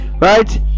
right